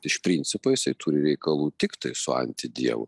iš principo jisai turi reikalų tiktai su anti dievu